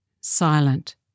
silent